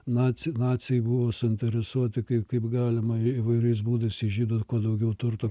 naciai naciai buvo suinteresuoti kaip kaip galima įvairiais būdais iš žydų kuo daugiau turto